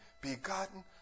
begotten